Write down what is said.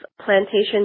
Plantation